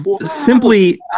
simply